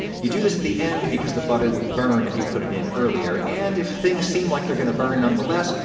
you do this at the end because the butter would burn if you put in earlier, and if things seem like they're gonna burn nonetheless,